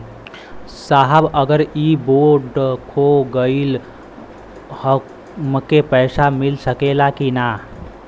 साहब अगर इ बोडखो गईलतऽ हमके पैसा मिल सकेला की ना?